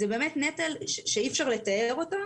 זה נטל שאי אפשר לתאר אותו.